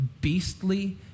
beastly